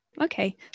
Okay